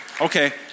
Okay